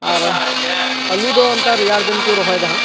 ᱟᱨ ᱟᱞᱩᱫᱚ ᱚᱱᱠᱟ ᱨᱮᱭᱟᱲᱫᱤᱱ ᱠᱚ ᱨᱚᱦᱚᱭ ᱫᱟᱦᱟ